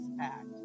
act